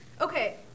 Okay